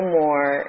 more